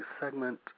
segment